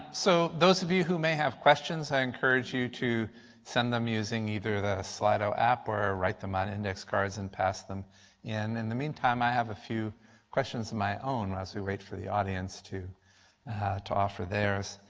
so those of you who may have questions i encourage you to send them using either the ah app or write them on index cards and pass them in. in the meantime i have a few questions of my own as we wait for the audience to to offer there's.